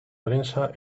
prensa